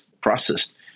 processed